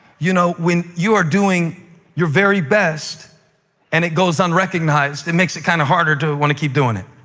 you know when you are doing your very best and it goes unrecognized, it makes it kind of harder to want to keep doing it.